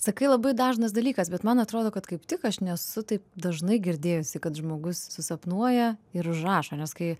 sakai labai dažnas dalykas bet man atrodo kad kaip tik aš nesu taip dažnai girdėjusi kad žmogus susapnuoja ir užrašo nes kai